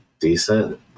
decent